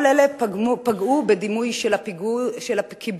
כל אלה פגעו בדימוי של הקיבוץ,